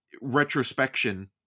retrospection